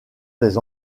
des